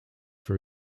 for